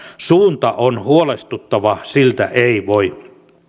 suunta on huolestuttava siltä ei voi